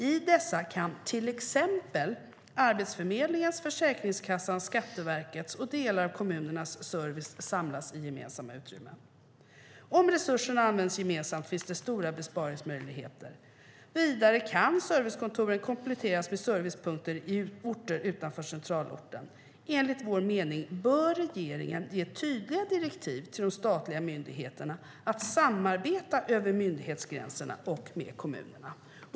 I dessa kan t.ex. Arbetsförmedlingens, Försäkringskassans, Skatteverkets och delar av kommunernas service samlas i gemensamma utrymmen. Om resurserna används gemensamt finns det stora besparingsmöjligheter. Vidare kan servicekontoren kompletteras med servicepunkter i orter utanför centralorten. Enligt vår mening bör regeringen ge tydliga direktiv till de statliga myndigheterna att samarbeta över myndighetsgränserna och med kommunerna."